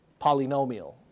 polynomial